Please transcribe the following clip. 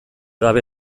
gabe